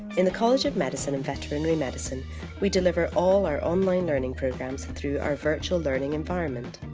in the college of medicine and veterinary medicine we deliver all our online learning programmes through our virtual learning environment.